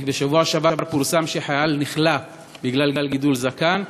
בשבוע שעבר פורסם שחייל נכלא בגלל גידול זקן.